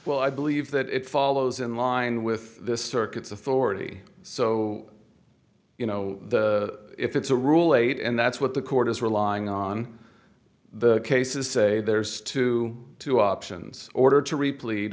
well i believe that it follows in line with this circuit's authority so you know if it's a rule eight and that's what the court is relying on the cases say there's two two options order to reple